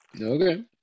Okay